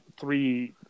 three